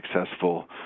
successful